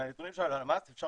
מהנתונים של הלמ"ס אפשר